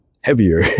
heavier